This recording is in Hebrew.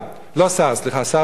לא שר, סליחה, שר לשעבר.